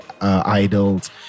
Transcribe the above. Idols